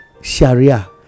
Sharia